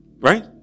Right